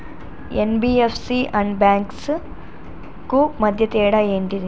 NBFC and banks కు మధ్య తేడా ఏంటిది?